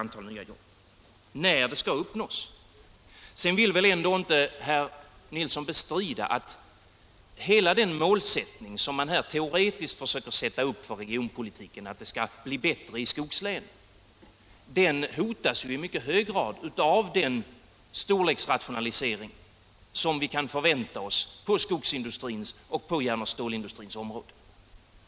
Sedan vill väl herr Nilsson ändå inte bestrida att hela det mål som man teoretiskt försöker ställa upp för regionpolitiken, nämligen att det skall bli bättre i skogslänen, i mycket hög grad hotas av den storleksrationalisering som vi kan förvänta oss på skogsindustrins och järn och stålindustrins områden.